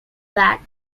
were